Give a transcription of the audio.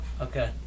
Okay